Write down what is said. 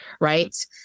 right